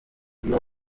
iyo